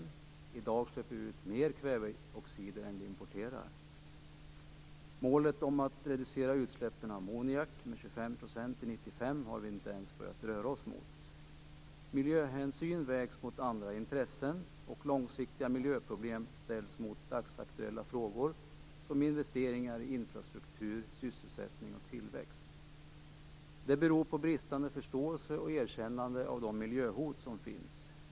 I dag släpper vi ut mer kväveoxider än vi importerar. Målet om att reducera utsläppen av ammoniak med 25 % till 1995 har vi inte ens börjat röra oss mot. Miljöhänsyn vägs mot andra intressen, och långsiktiga miljöproblem ställs mot dagsaktuella frågor som investeringar i infrastruktur, sysselsättning och tillväxt. Det beror på bristande förståelse för och erkännande av de miljöhot som finns.